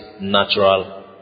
natural